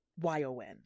Y-O-N